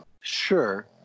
Sure